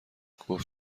گفت